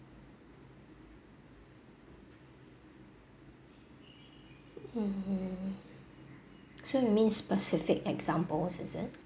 mmhmm so you mean specific examples is it